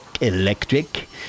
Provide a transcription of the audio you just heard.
Electric